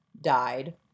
died